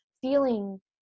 feeling